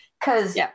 Cause